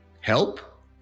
Help